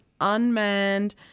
unmanned